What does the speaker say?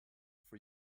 for